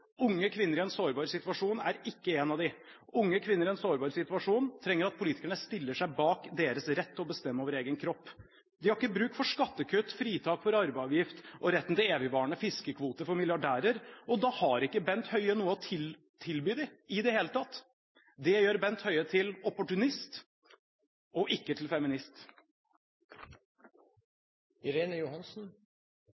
Unge kvinner i en sårbar situasjon er ikke en av dem. Unge kvinner i en sårbar situasjon trenger at politikerne stiller seg bak deres rett til å bestemme over egen kropp. De har ikke bruk for skattekutt, fritak for arveavgift og retten til evigvarende fiskekvoter for milliardærer. Da har ikke Bent Høie noe å tilby dem i det hele tatt. Det gjør Bent Høie til opportunist, og ikke til feminist.